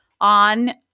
on